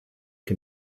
can